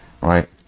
Right